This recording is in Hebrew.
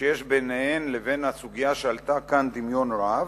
שיש ביניהן לבין הסוגיה שעלתה כאן דמיון רב,